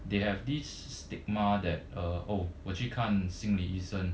they have this stigma that uh oh 我去看心理医生